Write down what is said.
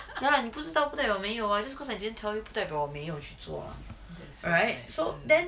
ya lah 你不知道不代表没有 ah just because I didn't tell you 不代表我没有去做 ah alright so then